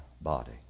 body